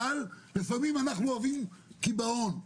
אבל לפעמים אנחנו אוהבים קיבעון,